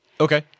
Okay